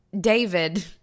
David